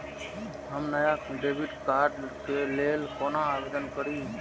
हम नया debit card के लल कौना आवेदन करि?